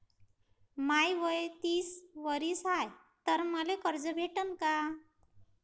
माय वय तीस वरीस हाय तर मले कर्ज भेटन का?